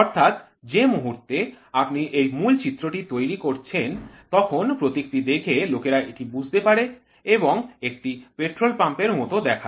অর্থাৎ যে মুহুর্তে আপনি এই মূল চিত্রটি তৈরি করছেন তখন প্রতীকটি দেখে লোকেরা এটি বুঝতে পারে এবং একটি পেট্রোল পাম্পের মতো দেখায়